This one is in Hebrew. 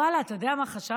ואללה, אתה יודע מה חשבתי?